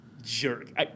jerk